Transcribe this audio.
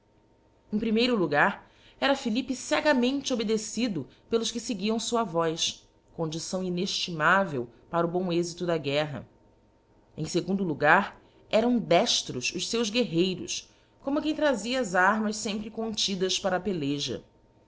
em primeiro logar era philippe cegamente obedecido s que feguiam fua voz condição ineftimavel para o m êxito da guerra em fegundo logar eram dextros feus guerreiros como quem trazia as armas fempre ftidas para a peleja